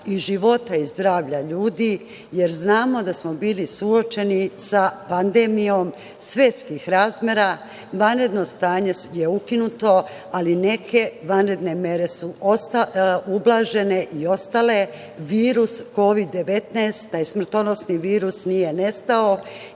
i života i zdravlja ljudi, jer znamo da smo bili suočeni sa pandemijom svetskih razmera, vanredno stanje je ukinuto, ali neke vanredne mere su ublažene i ostale, virus Kovid-19, taj smrtonosni virus nije nestao.U